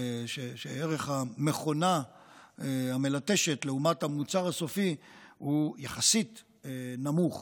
שערך המכונה המלטשת לעומת המוצר הסופי הוא יחסית נמוך,